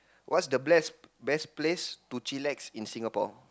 what is the best best to chillax place to in Singapore